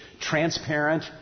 transparent